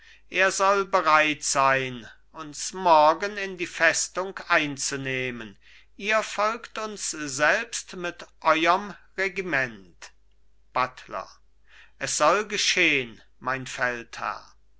er soll bereit sein uns morgen in die festung einzunehmen ihr folgt uns selbst mit euerm regiment buttler es soll geschehn mein